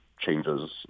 changes